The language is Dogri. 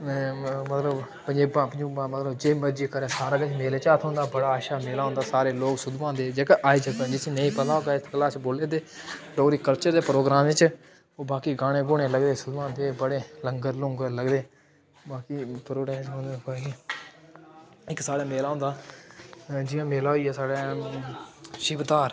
मतलब पजैबां पजूबां मतलब जे मरजी करै सारा किश मेले चा थ्होंदा बड़ा अच्छा मेला होंदा सारे लोक सुद्धमहादेव जेह्का आई सकदा जिसी नेईं पता होगा इत्त कश अस बोल्ला दे डोगरी कल्चर दे प्रोग्राम च बाकी गाने गूने लगदे सुद्धमहादेव बड़े लंगर लुंगर लगदे बाकी प्रोटैस्ट प्रूटैस्ट कोई निं ऐ बाकी इक साढ़े मेला होंदा जि'यां मेला होइया साढ़े शिवधार